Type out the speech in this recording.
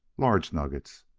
large nuggets.